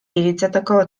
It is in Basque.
iritsitako